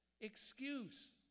excuse